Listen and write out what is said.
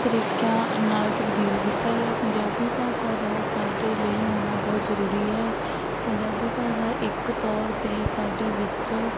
ਤਰੀਕਿਆਂ ਨਾਲ ਤਬਦੀਲ ਕੀਤਾ ਗਿਆ ਹੈ ਪੰਜਾਬੀ ਭਾਸ਼ਾ ਦਾ ਸਾਡੇ ਲਈ ਹੋਣਾ ਬਹੁਤ ਜ਼ਰੂਰੀ ਹੈ ਪੰਜਾਬੀ ਭਾਸ਼ਾ ਇੱਕ ਤੌਰ 'ਤੇ ਸਾਡੇ ਵਿੱਚ